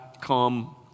come